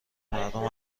مردم